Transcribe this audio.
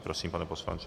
Prosím, pane poslanče.